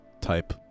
type